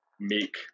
make